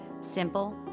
Simple